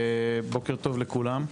בוקר טוב לכולם,